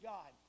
God